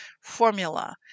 formula